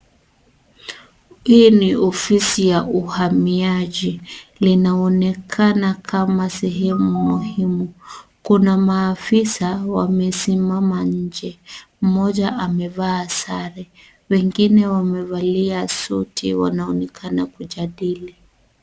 Hii ni ofisi ya uhamiaji linaonekana kama sehumu muhimu, kuna maafisa wamesimama nje mmoja amevaa sare wengine wamevalia suti wanaonekana kujadili.